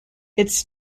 its